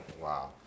Wow